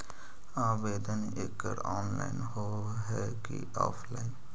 आवेदन एकड़ ऑनलाइन होव हइ की ऑफलाइन?